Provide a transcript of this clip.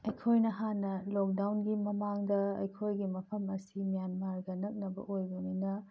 ꯑꯩꯈꯣꯏꯅ ꯍꯥꯟꯅ ꯂꯣꯛꯗꯥꯎꯟꯒꯤ ꯃꯃꯥꯡꯗ ꯑꯩꯈꯣꯏꯒꯤ ꯃꯐꯝ ꯑꯁꯤ ꯃꯦꯟꯃꯥꯔꯒ ꯅꯛꯅꯕ ꯑꯣꯏꯕꯅꯤꯅ